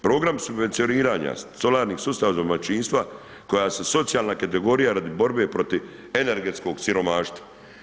Program subvencioniranja solarnih sustava za domaćinstva koja su socijalna kategorija radi borbe protiv energetskog siromaštva.